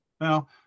Now